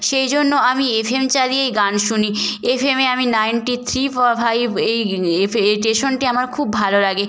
সেই জন্য আমি এফএম চালিয়ে গান শুনি এফএমে আমি নাইন্টি থ্রি প ফাইভ এই এফ এ এই স্টেশনটি আমার খুব ভালো লাগে